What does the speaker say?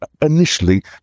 initially